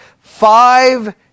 Five